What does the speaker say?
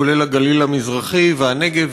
כולל הגליל המזרחי והנגב,